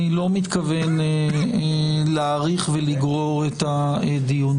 אני לא מתכוון להאריך ולגרור את הדיון.